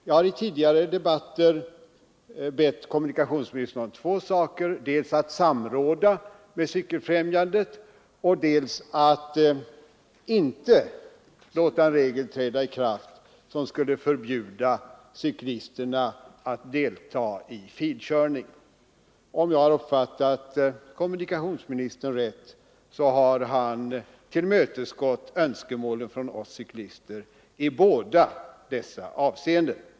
Jag har i tidigare debatter bett kommunikationsministern om två saker: dels att samråda med Cykeloch mopedfrämjandet, dels att inte låta en bestämmelse träda i kraft som skulle förbjuda cyklisterna att delta i filkörning. Om jag uppfattat kommunikationsministern rätt har han tillmötesgått önskemålen från oss cyklister i båda dessa avseenden.